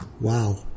Wow